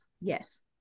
Yes